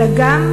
אלא גם,